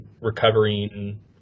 recovering